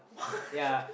yeah